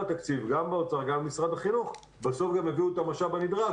התקציב גם באוצר וגם במשרד החינוך בסוף גם יביאו את המשאב הנדרש,